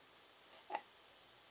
ya